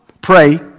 pray